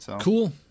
Cool